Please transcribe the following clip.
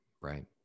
right